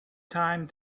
time